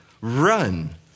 run